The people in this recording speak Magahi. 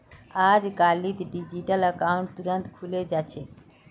अजकालित डिजिटल अकाउंट तुरंत खुले जा छेक